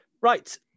Right